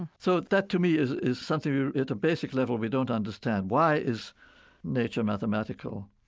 so that, to me, is is something at the basic level we don't understand. why is nature mathematical?